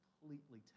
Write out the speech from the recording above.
completely